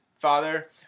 father